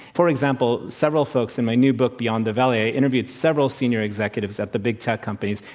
for example, several folks in my new book beyond the valley, i interviewed several senior executives at the big tech companies,